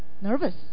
nervous